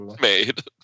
made